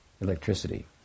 electricity